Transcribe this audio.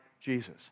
Jesus